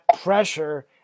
pressure